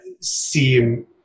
seem